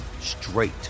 straight